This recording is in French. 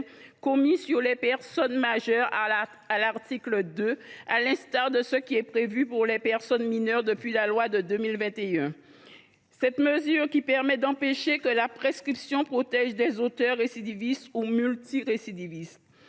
commis sur les majeurs, à l’instar de celle qui est prévue pour les mineurs depuis la loi de 2021. Cette mesure permet d’empêcher que la prescription protège des auteurs récidivistes ou multirécidivistes.